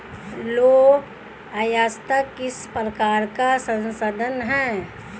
लौह अयस्क किस प्रकार का संसाधन है?